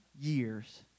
years